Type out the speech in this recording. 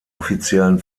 offiziellen